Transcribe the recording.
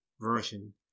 version